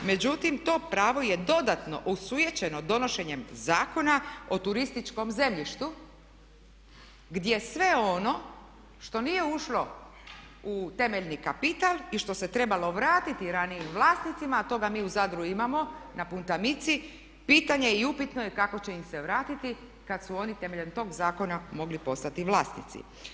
Međutim, to pravo je dodatno osujećeno donošenjem Zakona o turističkom zemljištu gdje sve ono što nije ušlo u temeljni kapital i što se trebalo vratiti ranijim vlasnicima, a toga mi u Zadru imamo na Puntamici pitanje je i upitno je kako će im se vratiti kad su oni temeljem tog zakona mogli postati vlasnici.